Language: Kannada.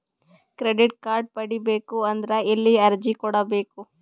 ಕ್ರೆಡಿಟ್ ಕಾರ್ಡ್ ಪಡಿಬೇಕು ಅಂದ್ರ ಎಲ್ಲಿ ಅರ್ಜಿ ಕೊಡಬೇಕು?